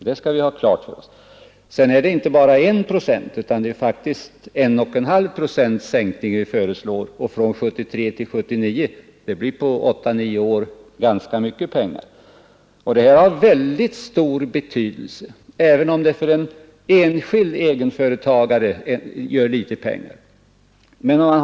Sedan är det inte bara en sänkning med 1 procent som vi föreslår, utan med 1,5 procent, och under perioden 1973-1979 blir det ganska mycket pengar. Detta har stor betydelse även om det för varje enskild egenföretagare inte blir så mycket pengar.